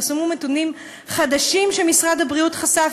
פרסמו נתונים חדשים שמשרד הבריאות חשף